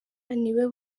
niwe